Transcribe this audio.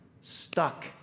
Stuck